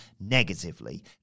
negatively